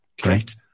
Great